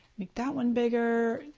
make that one bigger,